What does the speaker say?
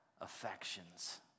affections